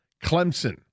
Clemson